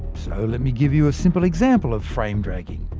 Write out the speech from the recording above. so let me give you a simple example of frame dragging.